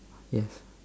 yes